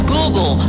Google